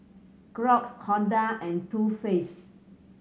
Crocs Honda and Too Faced